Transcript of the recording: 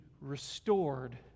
restored